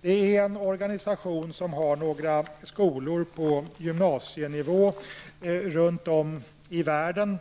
Det är en organisation som har några skolor på gymnasienivå runt om i världen